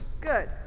good